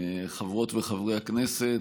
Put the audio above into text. חברות וחברי הכנסת,